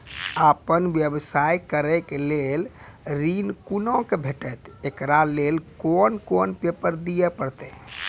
आपन व्यवसाय करै के लेल ऋण कुना के भेंटते एकरा लेल कौन कौन पेपर दिए परतै?